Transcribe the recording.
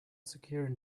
securing